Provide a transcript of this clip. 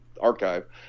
archive